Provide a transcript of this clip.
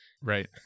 Right